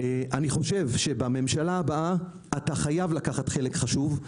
אני חושב שבממשלה הבאה אתה חייב להיות חלק חשוב.